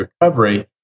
recovery